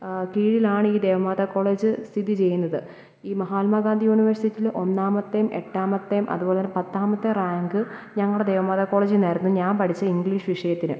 കീഴിലാണീ Devamatha college സ്ഥിതി ചെയ്യുന്നത് ഈ മഹാത്മാഗാന്ധി യൂണിവേഴ്സിറ്റിലെ ഒന്നാമത്തെയും എട്ടാമത്തെയും അതു പോലെ പത്താമത്തെ റാങ്ക് ഞങ്ങളുടെ ദേവമാതാ കോളേജിൽ നിന്നായിരുന്നു ഞാൻ പഠിച്ച ഇംഗ്ലീഷ് വിഷയത്തിന്